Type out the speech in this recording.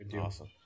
Awesome